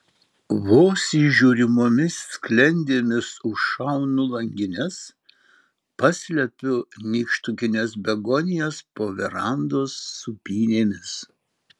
vos įžiūrimomis sklendėmis užšaunu langines paslepiu nykštukines begonijas po verandos sūpynėmis